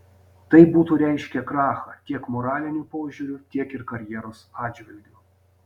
tai būtų reiškę krachą tiek moraliniu požiūriu tiek ir karjeros atžvilgiu